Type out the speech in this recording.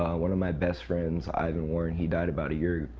one of my best friends, ivan warren, he died about a year